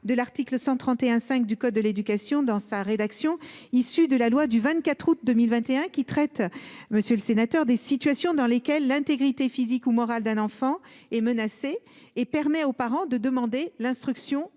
de l'article 131 5 du code de l'éducation, dans sa rédaction issue de la loi du 24 août 2021 qui traite monsieur le sénateur des situations dans lesquelles l'intégrité physique ou morale d'un enfant est menacée et permet aux parents de demander l'instruction dans